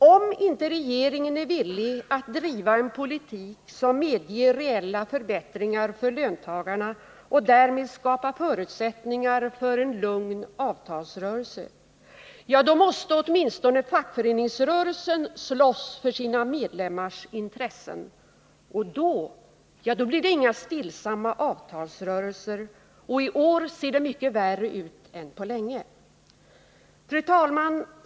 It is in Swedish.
Om inte regeringen är villig att driva en politik som medger reella förbättringar för löntagarna och därmed skapar förutsättningar för en lugn avtalsrörelse, då måste åtminstone fackföreningsrörelsen slåss för sina medlemmars intressen. Och då blir det inga stillsamma avtalsrörelser. I år ser det mycket värre ut än på länge! Fru talman!